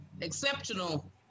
exceptional